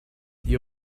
ihr